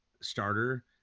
starter